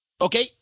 Okay